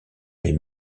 les